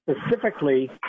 specifically